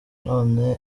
none